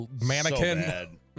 mannequin